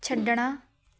ਛੱਡਣਾ